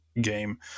game